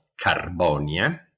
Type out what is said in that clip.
Carbonia